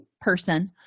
person